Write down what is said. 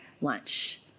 lunch